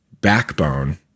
backbone